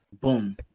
boom